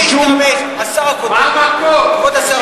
כבוד השר